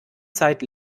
zeit